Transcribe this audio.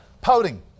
pouting